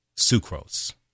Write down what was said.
sucrose